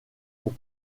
pour